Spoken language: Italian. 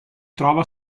trova